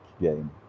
game